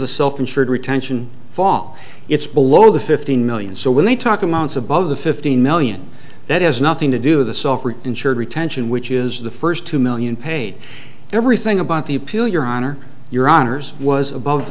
the self insured retention fall it's below the fifteen million so when they talk amounts above the fifteen million that has nothing to do with the self insured retention which is the first two million paid everything about the pill your honor your honors was